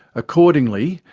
accordingly,